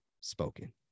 spoken